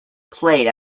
played